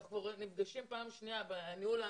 אנחנו נפגשים פעם שנייה בניהול.